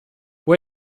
può